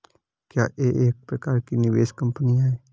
क्या यह एक प्रकार की निवेश कंपनी है?